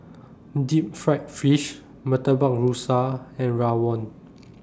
Deep Fried Fish Murtabak Rusa and Rawon